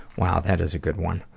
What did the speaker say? wow, that is a good one.